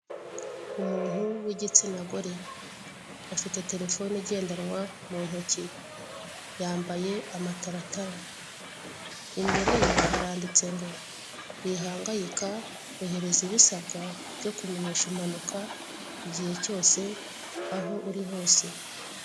Umuntu w'igitsina gore afite terefone igendanwa mu ntoki yambaye amataratara ,imbere ye haranditse ngo w'ihangayika ohereza ibisabwa byo kumenyesha impanuka igihe cyose aho uri hose.